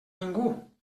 ningú